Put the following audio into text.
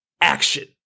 action